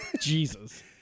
Jesus